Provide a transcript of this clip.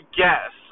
guess